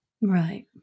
Right